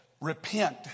repent